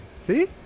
see